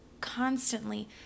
constantly